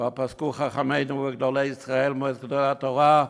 כבר פסקו חכמינו וגדולי ישראל ומועצת גדולי התורה,